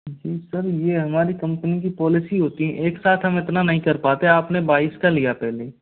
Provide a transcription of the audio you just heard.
जी sir ये हमारी company की पॉलिसी होती है एक साथ हम इतना नहीं कर पाते आपने बाईस का लिया पहले